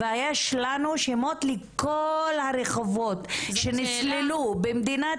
יש לנו שמות לכל הרחובות שנסללו במדינת